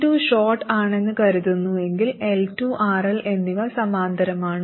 C2 short ആണെന്ന് കരുതുന്നുവെങ്കിൽ L2 RL എന്നിവ സമാന്തരമാണ്